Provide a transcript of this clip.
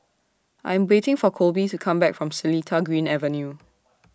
I'm waiting For Kolby to Come Back from Seletar Green Avenue